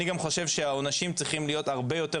אני גם חושב שהעונשים צריכים להיות הרבה יותר